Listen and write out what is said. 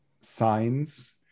signs